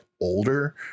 older